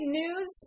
news